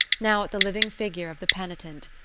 now at the living figure of the penitent,